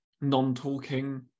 non-talking